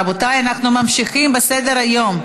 רבותיי, אנחנו ממשיכים בסדר-היום.